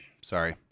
Sorry